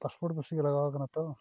passport ᱜᱮᱥᱮ ᱞᱟᱜᱟᱣ ᱠᱟᱱᱟ ᱛᱚ